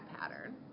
pattern